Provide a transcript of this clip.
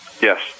Yes